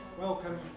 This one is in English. welcome